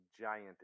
Giant